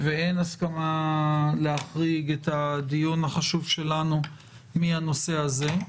ואין הסכמה להחריג את הדיון החשוב שלנו מהנושא הזה.